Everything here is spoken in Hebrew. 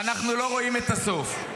ואנחנו לא רואים את הסוף.